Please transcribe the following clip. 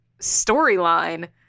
storyline